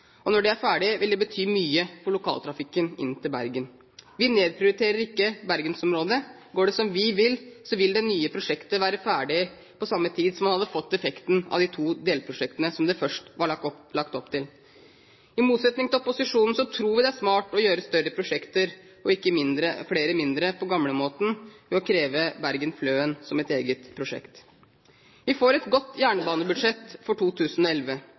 og når de er ferdig, vil det bety mye for lokaltrafikken inn til Bergen. Vi nedprioriterer ikke bergensområdet. Går det som vi vil, vil det nye prosjektet være ferdig på samme tid som man hadde fått effekten av de to delprosjektene det først var lagt opp til. I motsetning til opposisjonen tror vi det er smart å gjøre større prosjekter og ikke flere mindre, på gamlemåten, ved å kreve Bergen–Fløen som eget prosjekt. Vi får et godt jernbanebudsjett for 2011.